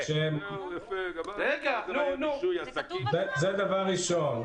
זה דבר ראשון.